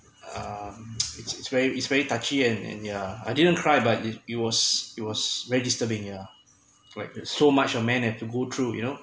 uh it's it's very it's very touchy and and yeah I didn't cry but if it was it was very disturbing yeah like it so much the man have to go through you know